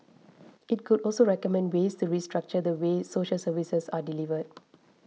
it could also recommend ways to restructure the way social services are delivered